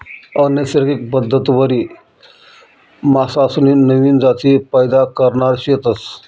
अनैसर्गिक पद्धतवरी मासासनी नवीन जाती पैदा करणार शेतस